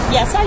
Yes